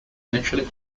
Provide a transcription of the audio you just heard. initially